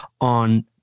on